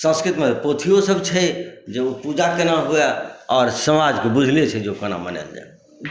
संस्कृतमे पोथियोसभ छै जे ओ पूजा केना हुए आओर समाजके बुझले छै जे ओ केना मनायल जाय